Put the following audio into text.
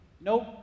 Nope